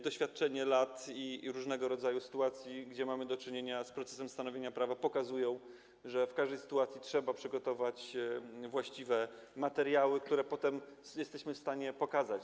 Doświadczenie lat i różnego rodzaju sytuacji, w których mamy do czynienia z procesem stanowienia prawa, pokazuje, że w każdej sytuacji trzeba przygotować właściwe materiały, w których potem jesteśmy w stanie pokazać.